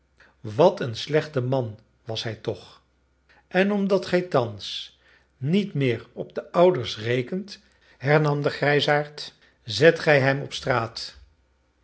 wat een slechte man was hij toch en omdat gij thans niet meer op de ouders rekent hernam de grijsaard zet gij hem op straat